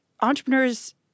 entrepreneurs